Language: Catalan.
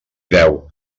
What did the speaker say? deu